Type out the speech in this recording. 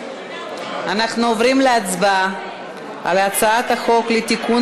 אנחנו עוברים להצבעה על הצעת חוק לתיקון